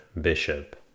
Bishop